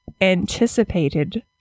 anticipated